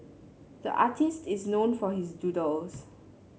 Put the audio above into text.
the artist is known for his doodles